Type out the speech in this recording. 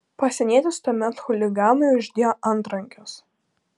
pasienietis tuomet chuliganui uždėjo antrankius